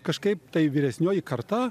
kažkaip tai vyresnioji karta